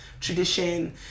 tradition